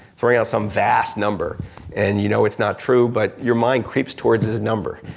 throwing out some vast number and you know it's not true but your mind creeps towards his number.